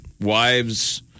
wives